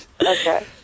Okay